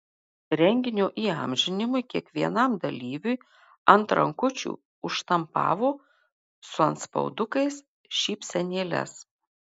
renginio įamžinimui kiekvienam dalyviui ant rankučių užštampavo su antspaudukais šypsenėles